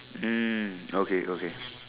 mm okay okay